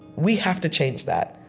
we have to change that.